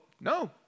No